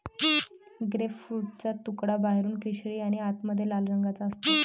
ग्रेपफ्रूटचा तुकडा बाहेरून केशरी आणि आतमध्ये लाल रंगाचा असते